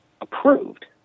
approved